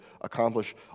accomplish